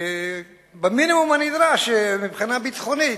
במינימום הנדרש מבחינה ביטחונית,